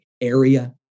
area